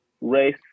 race